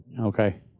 Okay